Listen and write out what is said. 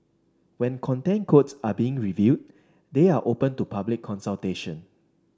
when Content Codes are being reviewed they are open to public consultation